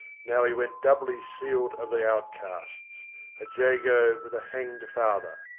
now he went doubly sealed of the outcasts a jago with a hanged father.